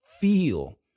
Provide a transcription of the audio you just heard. feel